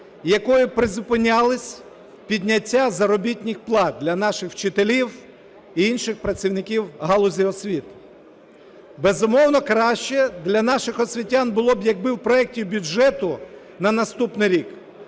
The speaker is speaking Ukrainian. якою призупинялось підняття заробітних плат для наших вчителів і інших працівників галузі освіти. Безумовно, краще для наших освітян було б, якби в проекті бюджету на наступний рік